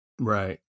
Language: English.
right